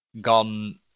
gone